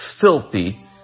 filthy